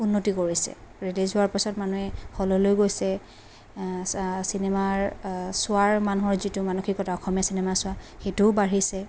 উন্নতি কৰিছে ৰিলিজ হোৱাৰ পিছত মানুহে হললৈ গৈছে চিনেমাৰ চোৱাৰ মানুহৰ যিটো মানসিকতা অসমীয়া চিনেমা চোৱা সেইটোও বাঢ়িছে